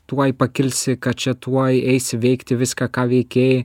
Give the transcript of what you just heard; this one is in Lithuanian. tuoj pakilsi kad čia tuoj eisi veikti viską ką veikei